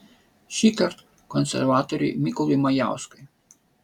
šįkart konservatoriui mykolui majauskui